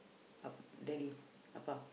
a~ daddy Appa